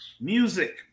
music